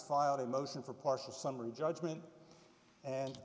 filed a motion for partial summary judgment and